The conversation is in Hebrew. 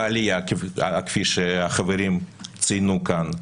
בעלייה כפי שהחברים ציינו כאן,